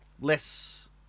less